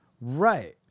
Right